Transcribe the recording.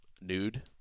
nude